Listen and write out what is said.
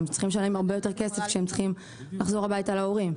הם צריכים לשלם הרבה יותר כסף כשהם צריכים לחזור הביתה להורים.